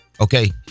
Okay